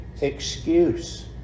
excuse